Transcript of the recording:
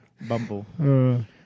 Bumble